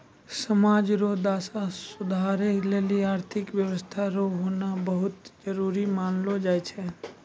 समाज रो दशा सुधारै लेली आर्थिक व्यवस्था रो होना बहुत जरूरी मानलौ जाय छै